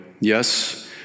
Yes